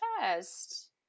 chest